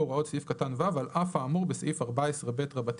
הוראות סעיף קטן (ו) על אף האמור בסעיף 14ב(ד)(2)."